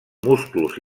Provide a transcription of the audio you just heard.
musclos